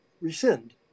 rescind